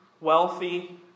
wealthy